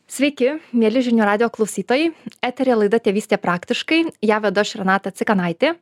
sveiki mieli žinių radijo klausytojai eteryje laida tėvystė praktiškai ją vedu aš renata cikanaitė